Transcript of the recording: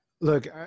look